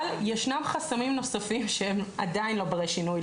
אבל, ישנם חסמים נוספים שהם עדיין לא ברי שינוי.